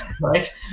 right